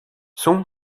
son